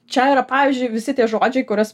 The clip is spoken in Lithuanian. čia yra pavyzdžiui visi tie žodžiai kuriuos